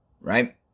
right